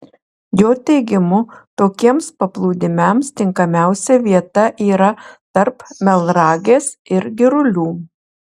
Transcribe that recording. jo teigimu tokiems paplūdimiams tinkamiausia vieta yra tarp melnragės ir girulių